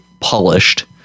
polished